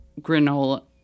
granola